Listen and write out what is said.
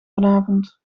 vanavond